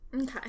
Okay